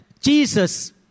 Jesus